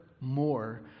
more